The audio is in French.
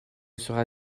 sera